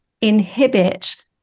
inhibit